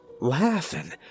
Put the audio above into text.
laughing